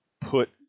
put